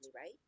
right